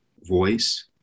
voice